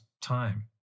time